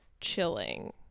chilling